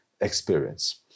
experience